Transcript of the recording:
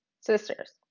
sisters